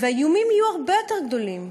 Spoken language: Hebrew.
האיומים יהיו הרבה יותר גדולים.